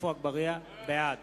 בעד